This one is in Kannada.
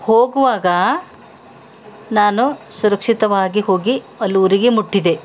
ಹೋಗುವಾಗ ನಾನು ಸುರಕ್ಷಿತವಾಗಿ ಹೋಗಿ ಅಲ್ಲೂರಿಗೆ ಮುಟ್ಟಿದೆ